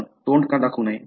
आपण तोंड का दाखवू नये